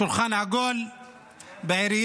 שולחן עגול בעירייה,